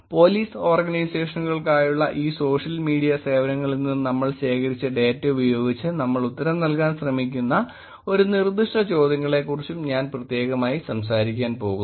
police ഓർഗനൈസേഷനുകൾക്കായുള്ള ഈ social media സേവനങ്ങളിൽ നിന്ന് നമ്മൾ ശേഖരിച്ച ഡേറ്റ ഉപയോഗിച്ച് നമ്മൾ ഉത്തരം നൽകാൻ ശ്രമിക്കുന്ന ഒരു നിർദ്ദിഷ്ട ചോദ്യങ്ങളെക്കുറിച്ചും ഞാൻ പ്രത്യേകമായി സംസാരിക്കാൻ പോകുന്നു